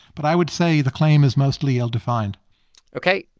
but i would say the claim is mostly ill-defined ok.